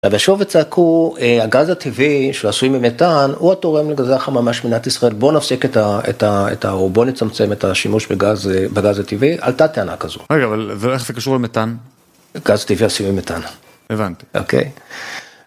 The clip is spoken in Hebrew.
דרשו וצעקו, הגז הטבעי, שהוא עשויי ממטאן, הוא התורם לגזי החממה של מדינת ישראל, בוא נפסיק את ההוא, בוא נצמצם את השימוש בגז הטבעי, עלתה טענה כזו. רגע, אבל זה איך זה קשור למטאן? גז טבעי עשויי ממטאן. הבנתי. אוקיי.